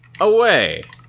away